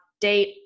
date